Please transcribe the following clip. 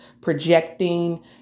projecting